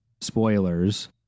spoilers